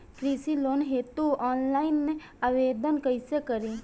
कृषि लोन हेतू ऑफलाइन आवेदन कइसे करि?